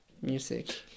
music